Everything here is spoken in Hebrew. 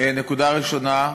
נקודה ראשונה,